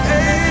Hey